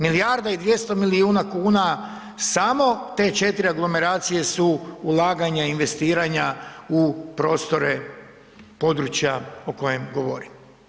Milijarda i 200 milijuna kuna samo te 4 aglomeracije su ulaganja i investiranja u prostore područja o kojima govorim.